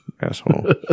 Asshole